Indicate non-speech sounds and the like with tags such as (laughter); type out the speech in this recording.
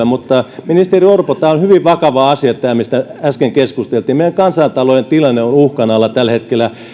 (unintelligible) mutta ministeri orpo tämä on hyvin vakava asia mistä äsken keskusteltiin meidän kansantalouden tilanne on uhkan alla tällä hetkellä